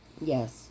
Yes